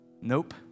Nope